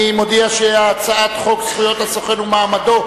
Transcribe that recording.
אני מודיע שהצעת חוק זכויות הסוכן ומעמדו,